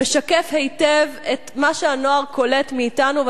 משקף היטב את מה שהנוער קולט מאתנו,